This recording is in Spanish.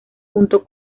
junto